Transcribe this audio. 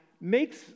makes